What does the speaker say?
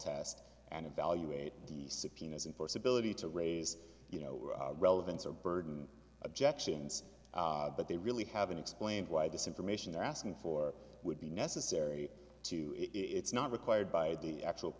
test and evaluate the subpoenas and possibility to raise you know relevance or burden objections but they really haven't explained why this information they're asking for would be necessary to it's not required by the actual